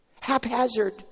Haphazard